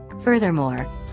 Furthermore